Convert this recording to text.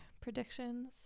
predictions